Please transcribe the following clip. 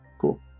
Cool